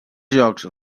llocs